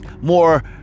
more